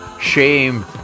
Shame